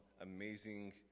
amazing